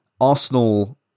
Arsenal